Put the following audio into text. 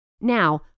Now